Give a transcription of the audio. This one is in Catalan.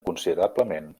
considerablement